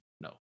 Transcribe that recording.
no